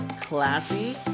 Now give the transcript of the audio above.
classy